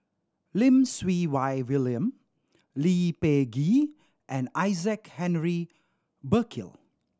Lim Siew Wai William Lee Peh Gee and Isaac Henry Burkill